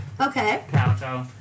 Okay